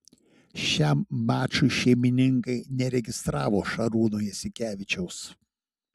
šiam mačui šeimininkai neregistravo šarūno jasikevičiaus